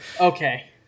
okay